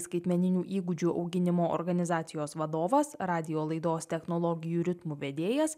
skaitmeninių įgūdžių auginimo organizacijos vadovas radijo laidos technologijų ritmų vedėjas